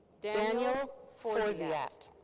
daniel forziat.